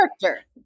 character